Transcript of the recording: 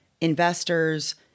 investors